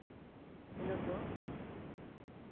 ᱠᱷᱮᱞᱳᱰ ᱫᱚ